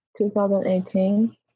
2018